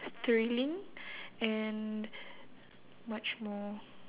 thrilling and much more